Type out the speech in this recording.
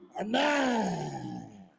Amen